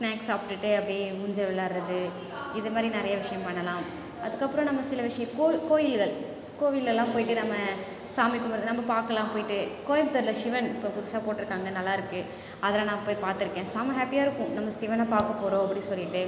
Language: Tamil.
ஸ்நாக்ஸ் சாப்பிடுட்டு அப்படியே ஊஞ்சல் விளையாடுறது இதுமாதிரி நிறைய விஷயம் பண்ணலாம் அதுக்கப்புறம் நம்ம சில விஷயத்துக்கு கோயில்கள் கோவில்லலாம் போயிட்டு நம்ம சாமி கும்பிடுறது நம்ம பார்க்கலாம் போயிட்டு கோயம்புத்தூரில் சிவன் இப்போ புதுசாக போட்டுருக்காங்க நல்லாயிருக்கு அதெலாம் நான் போய் பார்த்துருக்கேன் சம்ம ஹாப்பியாருக்கும் நம்ம சிவனை பார்க்க போகிறோம் அப்படின்னு சொல்லிட்டு